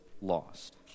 lost